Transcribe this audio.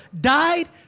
died